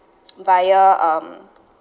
via um